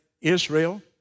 Israel